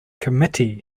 committee